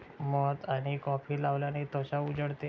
मध आणि कॉफी लावल्याने त्वचा उजळते